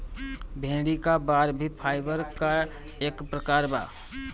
भेड़ी क बार भी फाइबर क एक प्रकार बा